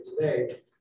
today